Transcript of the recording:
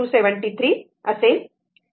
273 असेल